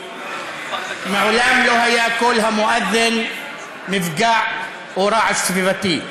מעולם לא היה קול המואד'ן מפגע או רעש סביבתי.